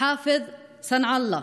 חאפז סנעאללה,